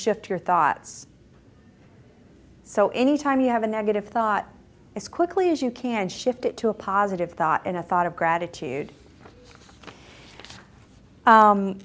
shift your thoughts so anytime you have a negative thought as quickly as you can shift it to a positive thought and a thought of gratitude